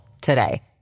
today